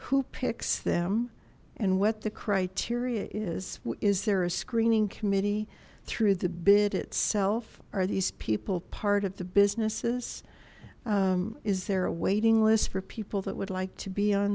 who picks them and what the criteria is is there a screening committee through the bid itself are these people part of the businesses is there a waiting list for people that would like to be on